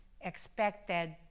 expected